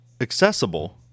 accessible